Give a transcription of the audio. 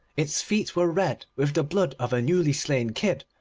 its feet were red with the blood of a newly-slain kid,